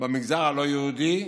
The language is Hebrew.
במגזר הלא-יהודי,